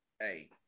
Hey